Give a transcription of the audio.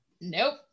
nope